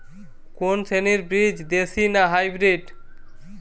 কোন শ্রেণীর বীজ দেশী না হাইব্রিড?